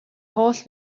holl